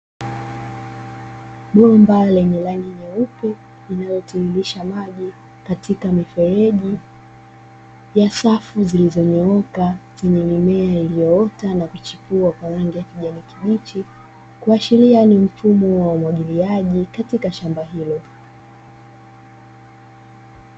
Bomba lenye rangi nyeupe inayotiririsha maji katika mifereji ya safu zilizonyooka zenye mimea iliyoota na kuchipua kwa rangi ya kijani kibichi, kuashiria ni mfumo wa umwagiliaji maji katika shamba hilo.